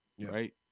right